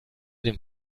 dem